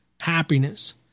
happiness